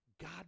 God